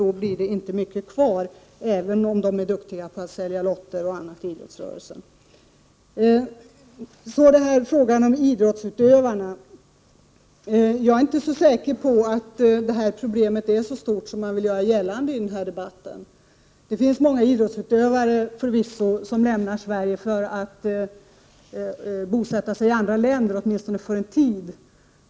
Då återstår inte mycket, även om man inom idrottsrörelsen är duktig på att sälja lotter exempelvis. Så till frågan om idrottsutövarna. Jag är inte helt säker på att det här problemet är så stort som man vill göra gällande i denna debatt. Det finns förvisso många idrottsutövare som lämnar Sverige för att bosätta sig i andra länder, åtminstone för en tid.